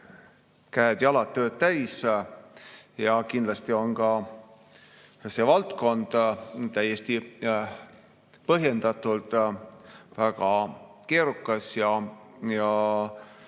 käed-jalad tööd täis. Kindlasti on see valdkond täiesti põhjendatult väga keerukas ja